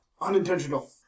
Unintentional